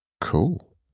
Cool